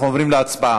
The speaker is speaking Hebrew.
אנחנו עוברים להצבעה.